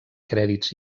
crèdits